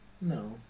No